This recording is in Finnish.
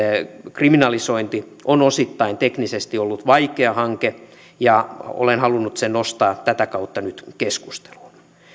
kriminalisointi on osittain teknisesti ollut vaikea hanke ja olen halunnut sen nostaa tätä kautta nyt keskusteluun